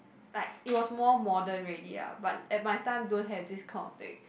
like it was more modern already lah but at my time don't have this kind of thing